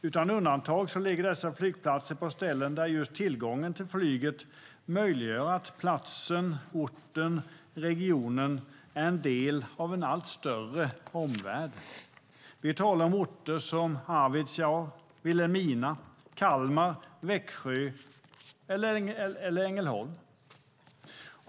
Utan undantag ligger dessa flygplatser på ställen där just tillgången till flyget möjliggör att platsen, orten eller regionen är en del av en allt större omvärld. Vi talar om orter som Arvidsjaur, Vilhelmina, Kalmar, Växjö och Ängelholm.